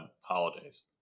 holidays